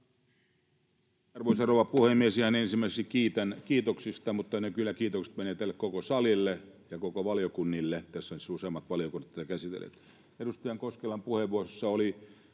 Arvoisa rouva puhemies! Ihan ensimmäiseksi kiitän kiitoksista, mutta ne kiitokset kyllä menevät tälle koko salille ja koko valiokunnille — tässä siis nyt useammat valiokunnat ovat tätä käsitelleet. Edustaja Koskelan puheenvuorossa oli